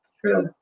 True